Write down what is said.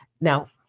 Now